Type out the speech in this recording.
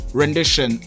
rendition